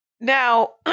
Now